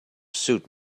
suit